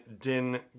Din